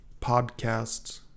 podcasts